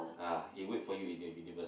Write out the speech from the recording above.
ah he wait for you in the universal